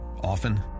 Often